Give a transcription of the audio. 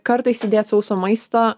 kartais įdėt sauso maisto